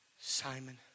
Simon